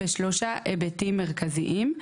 בשלושה היבטים מרכזיים.